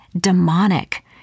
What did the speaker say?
demonic